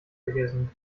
vergessen